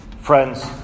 Friends